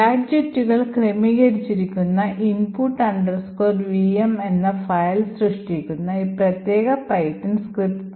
ഗാഡ്ജെറ്റുകൾ ക്രമീകരിച്ചിരിക്കുന്ന input vm file സൃഷ്ടിക്കുന്ന പ്രത്യേക പൈത്തൺ സ്ക്രിപ്റ്റ് ഇതാണ്